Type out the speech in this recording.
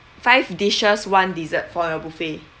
five dishes one dessert for your buffet